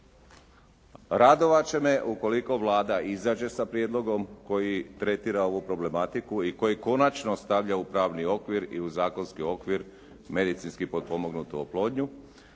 radovat će me ukoliko Vlada izađe sa prijedlogom koji tretira ovu problematiku i koji konačno stavlja u pravni okvir i u zakonski okvir medicinski potpomognutu oplodnju